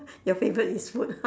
your favourite is food